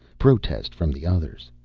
protest from the others.